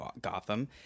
Gotham